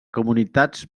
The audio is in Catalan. comunitats